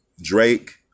drake